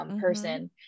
person